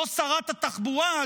לא שרת התחבורה,